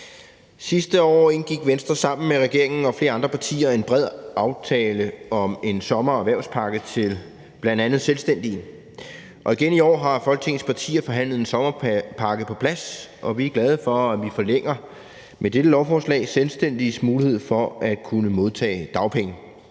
Sidste år indgik Venstre sammen med regeringen og flere andre partier en bred aftale om en sommer- og erhvervspakke til bl.a. selvstændige. Igen i år har Folketingets partier forhandlet en sommerpakke på plads, og vi er glade for, at vi med dette lovforslag forlænger selvstændiges mulighed for at kunne modtage dagpenge.